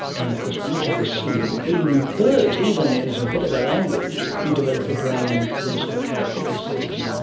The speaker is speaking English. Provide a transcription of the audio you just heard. and of course much of this singing in birds even is a bit of a language, you develop a brain with those sorts sort of characteristics.